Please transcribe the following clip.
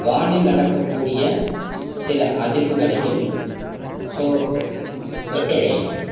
வானில் நடக்கக்கூடிய சில அதிர்வுகளையும் ஸோ